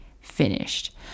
finished